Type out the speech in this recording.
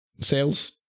sales